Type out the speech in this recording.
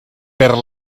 per